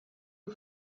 who